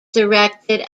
directed